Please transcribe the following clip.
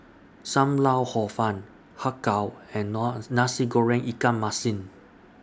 SAM Lau Hor Fun Har Kow and Nasi Goreng Ikan Masin